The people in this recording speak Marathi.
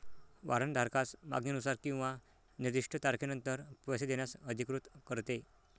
वॉरंट धारकास मागणीनुसार किंवा निर्दिष्ट तारखेनंतर पैसे देण्यास अधिकृत करते